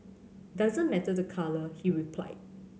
doesn't matter the colour he replied